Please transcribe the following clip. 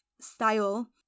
style